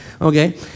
Okay